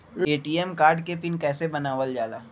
ATM card के pin कैसे बनावल जाला?